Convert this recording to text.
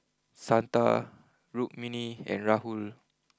Santha Rukmini and Rahul